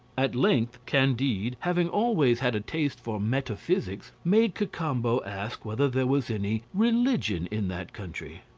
at length candide, having always had a taste for metaphysics, made cacambo ask whether there was any religion in that country.